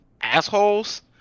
assholes